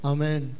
Amen